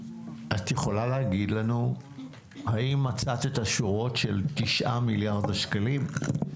את יכולה להגיד לנו אם מצאת את השורות של תשעה מיליארד השקלים?